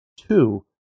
Two